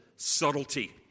subtlety